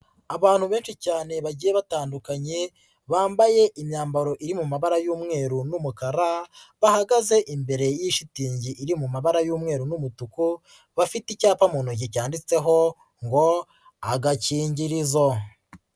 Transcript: Abantu benshi cyane bagiye batandukanye bambaye imyambaro iri mu mabara y'umweru n'umukara, bahagaze imbere y'ishitingi iri mu mabara y'umweru n'umutuku, bafite icyapa mu ntoki cyanditseho ngo agakingirizo.